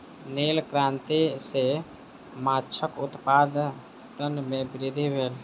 नील क्रांति सॅ माछक उत्पादन में वृद्धि भेल